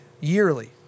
yearly